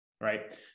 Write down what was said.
right